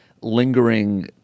lingering